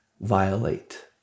violate